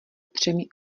třemi